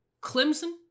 Clemson